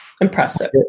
impressive